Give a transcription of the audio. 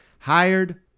hired